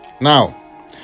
Now